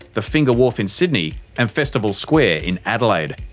the finger wharf in sydney and festival square in adelaide.